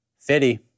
Fitty